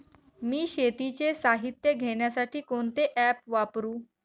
मी शेतीचे साहित्य घेण्यासाठी कोणते ॲप वापरु?